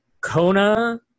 Kona